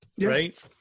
right